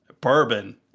bourbon